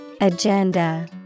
Agenda